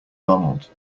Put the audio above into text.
donald